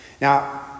Now